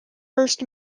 first